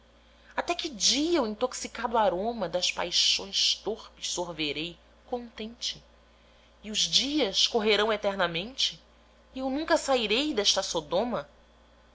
até que dia o intoxicado aroma das paixões torpes sorverei contente e os dias correrão eternamente e eu nunca sairei desta sodoma